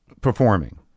Performing